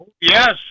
Yes